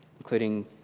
including